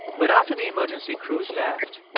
but after the emergency crews left,